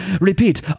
repeat